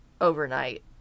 overnight